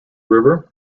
river